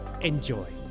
Enjoy